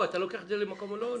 לוקח את זה למקום לא נכון.